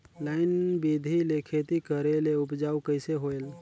Line बिधी ले खेती करेले उपजाऊ कइसे होयल?